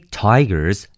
tigers